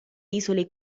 isole